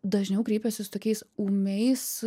dažniau kreipiasi su tokiais ūmiais